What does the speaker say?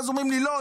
ואז אומרים לי: לא,